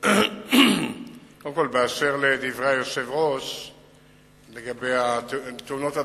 באשר לדברי היושב-ראש לגבי תאונות הדרכים,